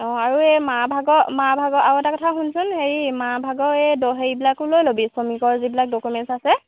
অঁ আৰু এই মা ভাগৰ মা ভাগৰ আৰু এটা কথা শুনচোন হেৰি মা ভাগৰ এই দহিবিলাকো লৈ ল'বি শ্ৰমিকৰ যিবিলাক ডকুমেণ্টছ আছে